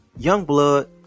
Youngblood